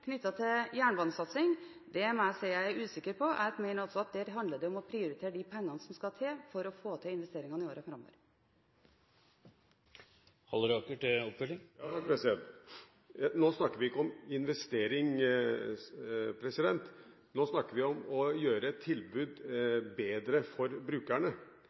til jernbanesatsing, må jeg si jeg er usikker på. Jeg mener også at der handler det om å prioritere de pengene som skal til for å få til investeringene i årene framover. Nå snakker vi ikke om investering, nå snakker vi om å gjøre et tilbud bedre for brukerne.